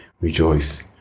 rejoice